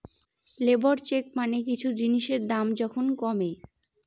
labour check মানে কিছু জিনিসের দাম যখন কমে